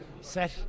set